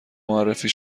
معرفی